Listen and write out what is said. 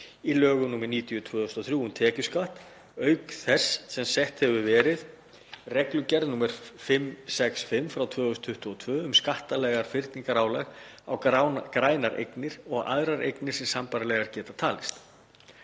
í lögum nr. 90/2003, um tekjuskatt, auk þess sem sett hefur verið reglugerð nr. 565/2022, um skattalegt fyrningarálag á grænar eignir og aðrar eignir sem sambærilegar geta talist.